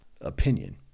opinion